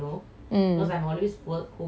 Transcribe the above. ஆமா:aamaa